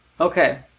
Okay